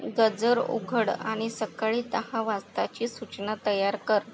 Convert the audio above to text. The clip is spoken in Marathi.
गजर उघड आणि सकाळी दहा वाजताची सूचना तयार कर